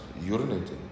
urinating